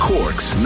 Cork's